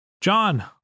John